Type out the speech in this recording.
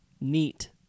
Neat